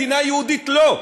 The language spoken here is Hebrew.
מדינה יהודית לא,